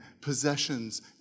possessions